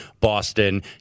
Boston